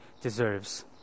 deserves